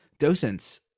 docents